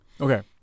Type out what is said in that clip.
Okay